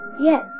Yes